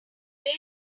wait